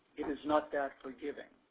it is not that forgiving.